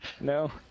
No